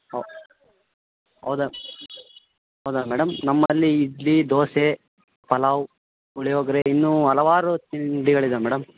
ಓಹ್ ಹೌದಾ ಹೌದಾ ಮೇಡಮ್ ನಮ್ಮಲ್ಲಿ ಇಡ್ಲಿ ದೋಸೆ ಪಲಾವ್ ಪುಳಿಯೋಗ್ರೆ ಇನ್ನೂ ಹಲವಾರು ತಿಂಡಿಗಳಿದಾವೆ ಮೇಡಮ್